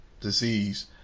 disease